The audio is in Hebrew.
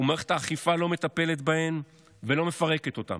ומערכת האכיפה לא מטפלת בהן ולא מפרקת אותן.